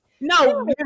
No